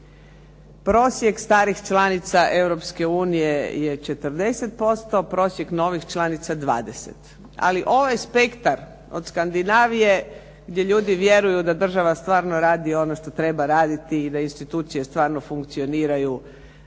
prosjek starih članica Europske unije je 40%, prosjek novih članica 20. Ali ovaj spektar od Skandinavije gdje ljudi vjeruju da država stvarno radi ono što treba raditi i da institucije stvarno funkcioniraju